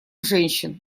женщин